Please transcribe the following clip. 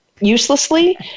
uselessly